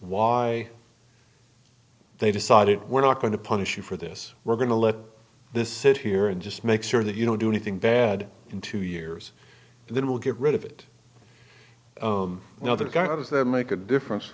why they decided we're not going to punish you for this we're going to let this sit here and just make sure that you don't do anything bad in two years then we'll get rid of it the other guy how does that make a difference